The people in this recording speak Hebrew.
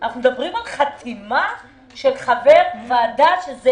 אנחנו מדברים על חתימה של חבר ועדה,